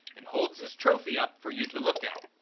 and holds his trophy up for you to look at.